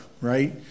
right